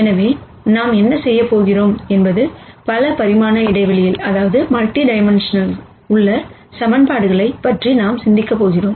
எனவே நாம் என்ன செய்யப் போகிறோம் என்பது பல பரிமாண இடைவெளியில் உள்ள ஈக்குவேஷன்களைப் பற்றி நாம் சிந்திக்கப் போகிறோம்